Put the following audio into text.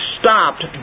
stopped